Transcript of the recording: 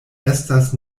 estas